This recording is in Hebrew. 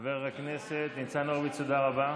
חבר הכנסת ניצן הורוביץ, תודה רבה.